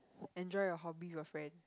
enjoy your hobby with your friend